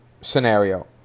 scenario